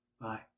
Bye